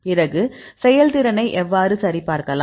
பிறகு செயல்திறனை எவ்வாறு சரிபார்க்கலாம்